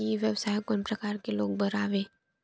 ई व्यवसाय कोन प्रकार के लोग बर आवे?